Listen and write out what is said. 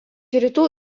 rytų